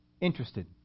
interested